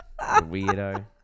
weirdo